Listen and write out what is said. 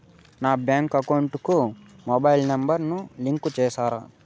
నా bank account కు mobile number ను లింకు చేస్తారా?